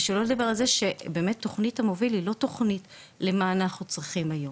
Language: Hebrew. שלא נדבר על זה שבאמת תכנית המוביל למה אנחנו צריכים היום,